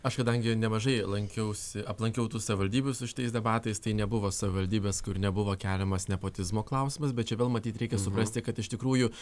aš kadangi nemažai lankiausi aplankiau tų savivaldybių su šitais debatais tai nebuvo savivaldybės kur nebuvo keliamas nepotizmo klausimas bet čia vėl matyt reikia suprasti kad iš tikrųjų